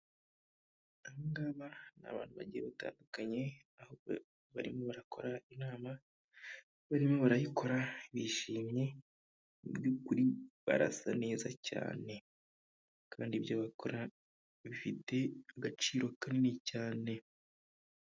Aba ngaba ni abantu bagiye batandukanye, aho barimo barakora inama, barimo barayikora bishimye, mu by'ukuri barasa neza cyane kandi ibyo bakora bifite agaciro kanini cyane.